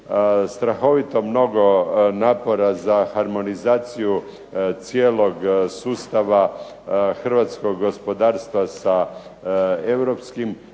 strahovito mnogo napora za harmonizaciju cijelog sustava hrvatskog gospodarstva sa europskim